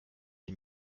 den